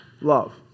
love